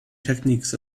techniques